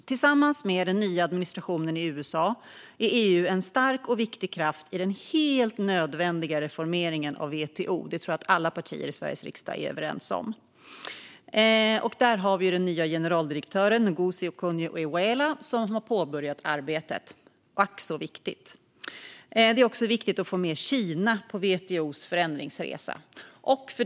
Tillsammans med den nya administrationen i USA är EU en stark och viktig kraft i den helt nödvändiga reformeringen av WTO - det tror jag att alla partier i Sveriges riksdag är överens om. Där har den nya generaldirektören, Ngozi Okonjo-Iweala, påbörjat arbetet - ack så viktigt. Det är också viktigt att få med Kina på WTO:s förändringsresa.